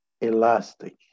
elastic